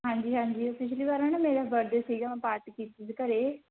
ਹਾਂਜੀ ਹਾਂਜੀ ਪਿਛਲੀ ਵਾਰ ਨਾ ਮੇਰਾ ਬਰਡੇ ਸੀਗਾ ਮੈਂ ਪਾਰਟੀ ਕੀਤੀ ਸੀ ਘਰੇ